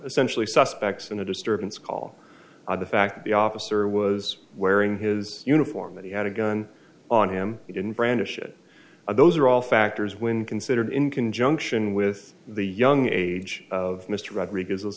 essentially suspects in a disturbance call the fact the officer was wearing his uniform and he had a gun on him he didn't brandish it those are all factors when considered in conjunction with the young age of mr rodriguez